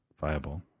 viable